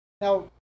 Now